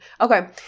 Okay